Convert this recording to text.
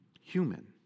human